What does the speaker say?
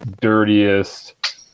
dirtiest